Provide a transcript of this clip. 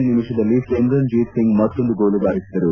ಮೇ ನಿಮಿಷದಲ್ಲಿ ಸಿವುನ್ಜೀತ್ ಸಿಂಗ್ ಮತ್ತೊಂದು ಗೋಲು ಬಾರಿಸಿದರು